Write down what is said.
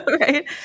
right